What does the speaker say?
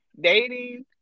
dating